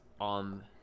on